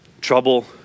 Trouble